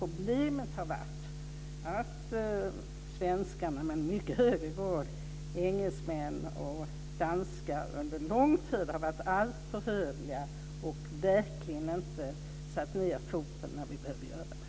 Problemet har varit att svenskarna och också, i mycket hög grad, engelsmän och danskar under lång tid har varit alltför hövliga och inte satt ned foten när det behövs.